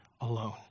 alone